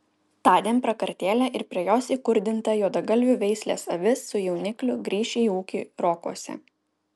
tądien prakartėlė ir prie jos įkurdinta juodagalvių veislės avis su jaunikliu grįš į ūkį rokuose